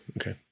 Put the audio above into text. okay